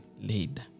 laid